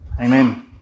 Amen